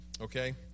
Okay